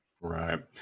Right